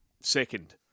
second